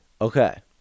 Okay